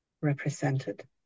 represented